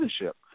leadership